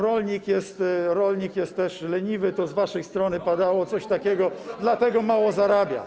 Rolnik jest też leniwy - to z waszej strony padało coś takiego - dlatego mało zarabia.